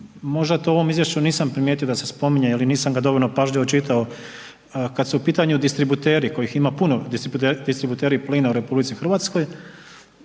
možda to u ovom izvješću nisam primijetio da se spominje jel i nisam ga dovoljno pažljivo čitao, kada su u pitanju distributeri kojih ima puno, distributeri plina u RH, pitanje